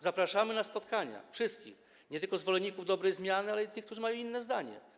Zapraszamy na spotkania wszystkich - nie tylko zwolenników dobrej zmiany, ale i tych, którzy mają inne zdanie.